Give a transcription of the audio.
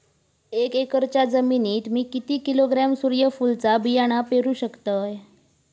एक एकरच्या जमिनीत मी किती किलोग्रॅम सूर्यफुलचा बियाणा पेरु शकतय?